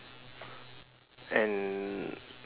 and